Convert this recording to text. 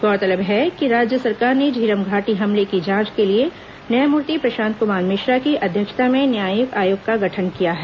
गौरतलब है कि राज्य सरकार ने झीरम घाटी हमले की जांच के लिए न्यायमूर्ति प्रशांत कुमार मिश्रा की अध्यक्षता में न्यायिक आयोग का गठन किया है